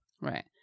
Right